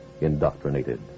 indoctrinated